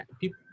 People